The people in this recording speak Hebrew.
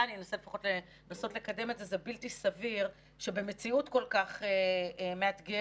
אני לא מכירה כמעט אף אחד מכם באופן אישי,